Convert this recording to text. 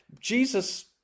Jesus